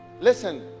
Listen